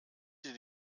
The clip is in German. sie